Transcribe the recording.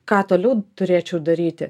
ką toliau turėčiau daryti